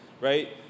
right